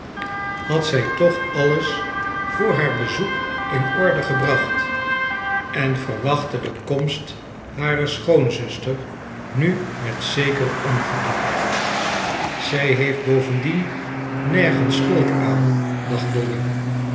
had zij toch alles voor haar bezoek in orde gebracht en verwachtte de komst harer schoonzuster nu met zeker ongeduld zij heeft bovendien nergens schuld aan dacht dolly